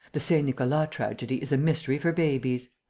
the saint-nicolas tragedy is a mystery for babies.